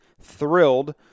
thrilled